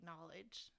knowledge